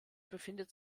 befindet